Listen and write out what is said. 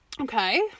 Okay